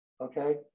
okay